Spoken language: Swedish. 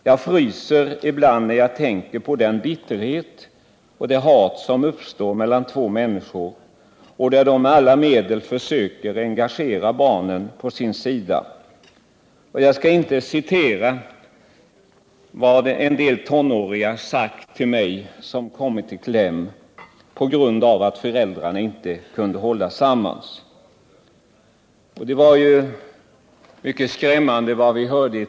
Jag ryser ibland när jag tänker på den bitterhet och det hat som kan uppstå mellan två människor, varvid de med alla medel försöker få barnen på sin sida. Jag skall inte återge vad vissa tonåringar har sagt till mig, tonåringar som har kommit i kläm, därför att föräldrarna inte har kunnat hålla ihop. I TV hörde vi häromdagen någonting mycket skrämmande.